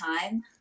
time